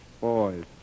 boys